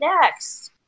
next